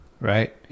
Right